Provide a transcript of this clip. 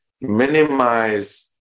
Minimize